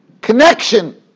connection